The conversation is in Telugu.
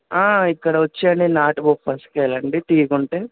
ఇక్కడ వచ్చేయన్నీ నాటు బొప్పాయికాయలండి తీయగా ఉంటాయి